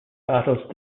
battles